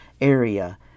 area